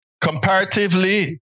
comparatively